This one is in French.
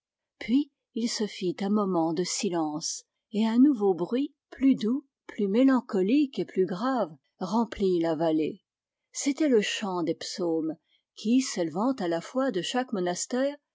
puis il se fit un moment de silence et un nouveau bruit plus doux plus mélancolique et plus grave remplit la vallée c'était le chant des psaumes qui s'élevant à la fois de chaque monastère